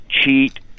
cheat